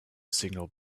signal